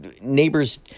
neighbors